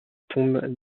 tombe